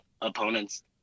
opponents